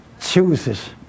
chooses